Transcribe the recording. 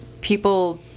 people